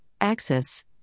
axis